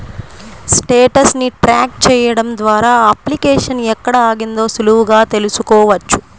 status ని track చెయ్యడం ద్వారా అప్లికేషన్ ఎక్కడ ఆగిందో సులువుగా తెల్సుకోవచ్చు